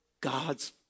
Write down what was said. God's